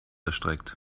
erstreckt